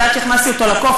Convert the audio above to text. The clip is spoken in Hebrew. כי עד שהכנסתי אותו לקוף,